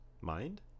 mind